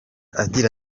agira